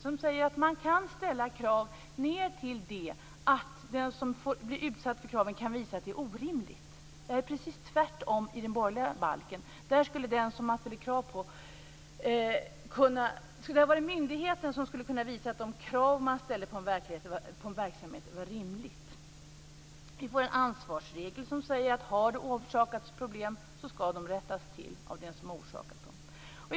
Den säger att man kan ställa krav på den som blir utsatt för kravet om inte vederbörande kan visa att kravet är orimligt. I den borgerliga balken var det precis tvärtom. Där skulle det vara myndigheten som skulle visa att de krav man ställde på en verksamhet var rimliga. Vi får en ansvarsregel som säger att om man har orsakats problem, skall de rättas till av dem som orsakat dem.